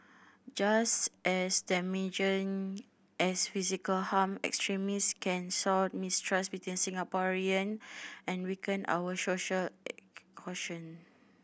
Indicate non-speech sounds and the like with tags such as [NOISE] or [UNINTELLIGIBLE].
just as damaging as physical harm extremist can sow mistrust between Singaporean and weaken our social [UNINTELLIGIBLE] cohesion